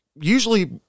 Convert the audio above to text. usually